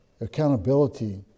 accountability